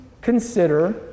consider